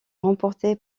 remportée